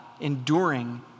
enduring